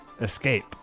escape